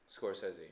Scorsese